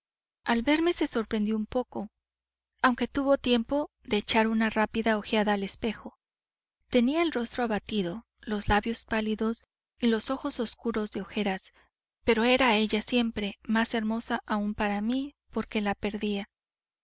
al verme se sorprendió un poco aunque tuvo tiempo de echar una rápida ojeada al espejo tenía el rostro abatido los labios pálidos y los ojos oscuros de ojeras pero era ella siempre más hermosa aún para mí porque la perdía